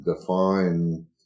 define